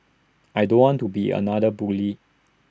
I don't want to be another bully